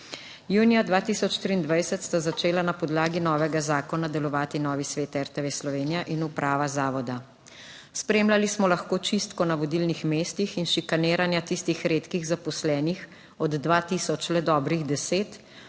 Junija 2023 sta začela na podlagi novega zakona delovati novi svet RTV Slovenija in uprava zavoda. Spremljali smo lahko čistko na vodilnih mestih in šikaniranja tistih redkih zaposlenih, od 2 tisoč le dobrih deset,